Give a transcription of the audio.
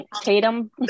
Tatum